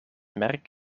merk